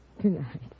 Tonight